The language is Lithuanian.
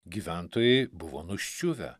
gyventojai buvo nuščiuvę